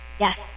yes